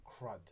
crud